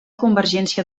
convergència